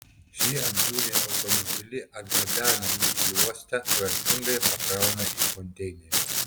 šie apžiūri automobilį atgabena jį į uostą tvarkingai pakrauna į konteinerį